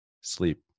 Sleep